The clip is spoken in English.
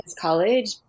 college